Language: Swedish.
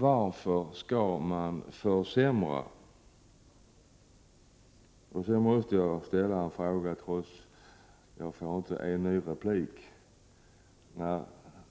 Varför skall man göra en försämring? 135 Trots att jag inte får en ny replik